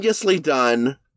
done